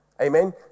Amen